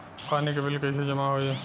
पानी के बिल कैसे जमा होयी?